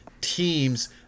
teams